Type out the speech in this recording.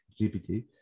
GPT